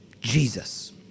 Jesus